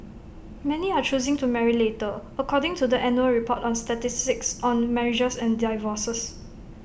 many are choosing to marry later according to the annual report on statistics on marriages and divorces